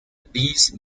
these